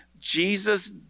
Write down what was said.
Jesus